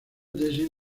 tesis